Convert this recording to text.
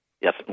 Yes